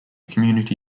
community